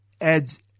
adds